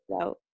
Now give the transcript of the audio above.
out